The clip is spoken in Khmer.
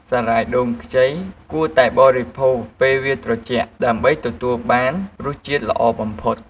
សារាយដូងខ្ចីគួរតែបរិភោគពេលវាត្រជាក់ដើម្បីទទួលបានរសជាតិល្អបំផុត។